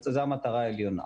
זו המטרה העליונה.